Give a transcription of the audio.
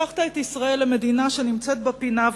הפכת את ישראל למדינה שנמצאת בפינה,